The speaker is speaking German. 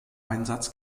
einsatz